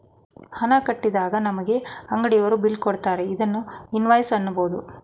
ಹಣ ಕಟ್ಟಿದಾಗ ನಮಗೆ ಅಂಗಡಿಯವರು ಬಿಲ್ ಕೊಡುತ್ತಾರೆ ಇದನ್ನು ಇನ್ವಾಯ್ಸ್ ಅನ್ನಬೋದು